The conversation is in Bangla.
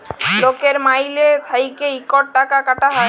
লকের মাইলে থ্যাইকে ইকট টাকা কাটা হ্যয়